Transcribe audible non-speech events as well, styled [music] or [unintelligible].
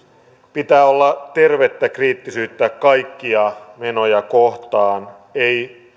pitää olla tervettä kriittisyyttä kaikkia menoja kohtaan ei [unintelligible]